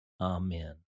Amen